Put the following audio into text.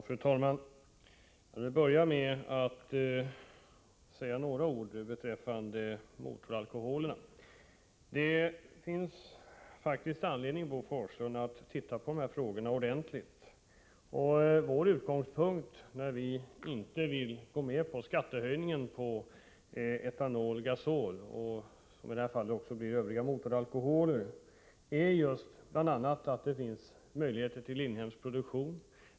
Fru talman! Jag vill börja med att säga några ord beträffande motoralkoholerna. Det finns faktiskt anledning, Bo Forslund, att ordentligt titta på dessa frågor. Utgångspunkten när det gäller vårt nej till en höjning av skatten på etanol och gasol samt i det här fallet även övriga motoralkoholer är bl.a. att det finns möjligheter till inhemsk produktion.